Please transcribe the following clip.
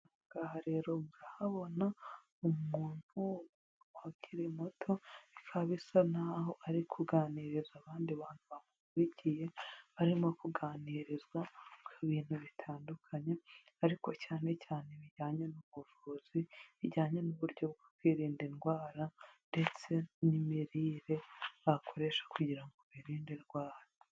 Aha rero murahabona umuntu ukiri muto, bikaba bisa naho ari kuganiriza abandi bantu bamukurikiye, barimo kuganirizwa ku bintu bitandukanye ariko cyane cyane bijyanye n'ubuvuzi, bijyanye n'uburyo bwo kwirinda indwara ndetse n'imirire bakoresha kugira ngo birinde indwara.